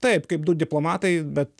taip kaip du diplomatai bet